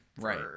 right